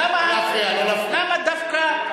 למה,